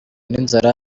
n’inzara